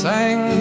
Sang